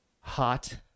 hot